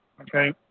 okay